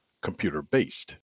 computer-based